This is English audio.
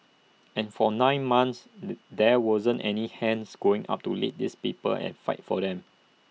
and for nine months there wasn't any hands going up to lead these people and fight for them